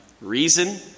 reason